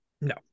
No